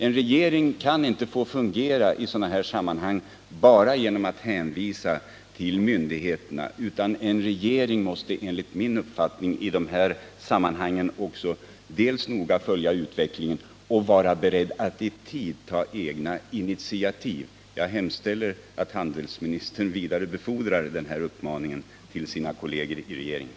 En regering kan i sådana här sammanhang inte bara hänvisa till myndigheterna, utan en regering måste enligt min mening noga följa utvecklingen och vara beredd att i tid ta egna initiativ. Jag väntar mig att handelsministern vidarebefordrar den här uppmaningen till sina kolleger i regeringen.